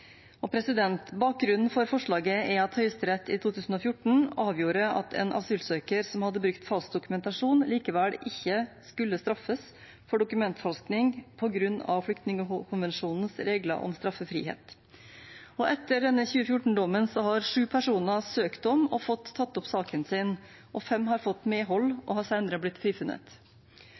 Bakgrunnen for forslaget er at Høyesterett i 2014 avgjorde at en asylsøker som hadde brukt falsk dokumentasjon, likevel ikke skulle straffes for dokumentforfalskning på grunn av flyktningkonvensjonens regler om straffefrihet. Etter denne 2014-dommen har sju personer søkt om og fått tatt opp saken sin, og fem har fått medhold og har senere blitt frifunnet.